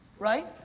right?